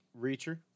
Reacher